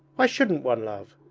why shouldn't one love?